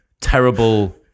terrible